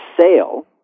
sale